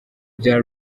bya